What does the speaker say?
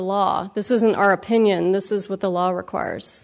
law this isn't our opinion this is what the law requires